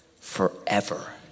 forever